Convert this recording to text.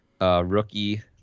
rookie